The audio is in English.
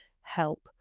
help